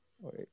Wait